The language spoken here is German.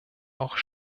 auch